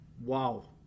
Wow